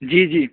جی جی